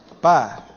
Bye